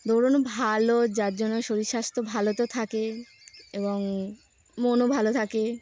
দৌড়ুন ভালো যার জন্য শরীর স্বাস্থ্য ভালো তো থাকে এবং মনও ভালো থাকে